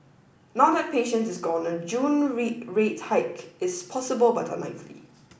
now that patient is gone a June rate rate hike is possible but unlikely